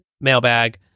mailbag